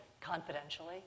confidentially